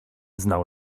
znał